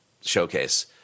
showcase